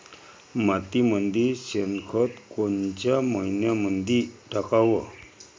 मातीमंदी शेणखत कोनच्या मइन्यामंधी टाकाव?